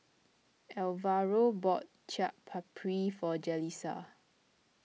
Alvaro bought Chaat Papri for Jalissa